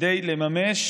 כדי לממש